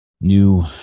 New